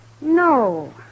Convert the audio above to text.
No